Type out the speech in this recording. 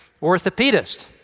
orthopedist